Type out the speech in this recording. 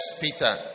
Peter